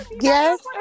Yes